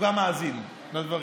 הוא גם מאזין לדברים,